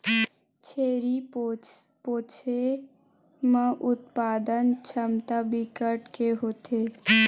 छेरी पोछे म उत्पादन छमता बिकट के होथे